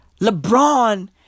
LeBron